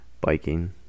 biking